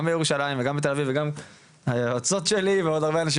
גם בירושלים וגם בתל אביב וגם היועצות שלי